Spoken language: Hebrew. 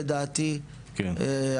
לדעתי,